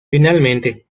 finalmente